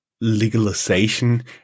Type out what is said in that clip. legalization